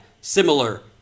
similar